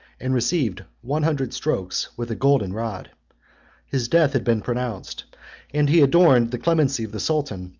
and received one hundred strokes with a golden rod his death had been pronounced and he adored the clemency of the sultan,